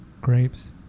grapes